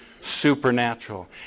supernatural